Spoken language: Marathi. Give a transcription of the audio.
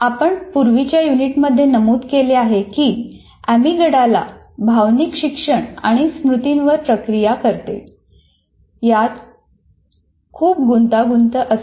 आम्ही पूर्वीच्या युनिटमध्ये नमूद केले आहे की अॅमीगडाला भावनिक शिक्षण आणि स्मृतीवर प्रक्रिया करणे यात खूप गुंतलेला असतो